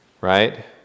right